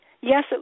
Yes